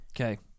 Okay